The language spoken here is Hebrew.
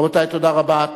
רבותי, תודה רבה.